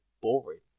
boring